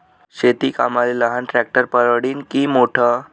शेती कामाले लहान ट्रॅक्टर परवडीनं की मोठं?